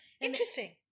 Interesting